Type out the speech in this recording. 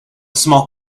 small